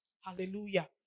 Hallelujah